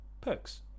perks